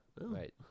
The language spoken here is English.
right